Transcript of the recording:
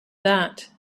that